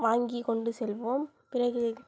வாங்கிக் கொண்டு செல்வோம் பிறகு